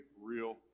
real